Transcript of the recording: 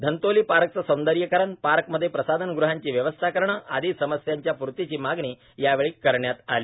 धंतोली पार्कचे सौंदर्यीकरण पार्कमध्ये प्रसाधनगृहाची व्यवस्था करणे आदी समस्यांच्या पूर्तीची मागणी यावेळी करण्यात आली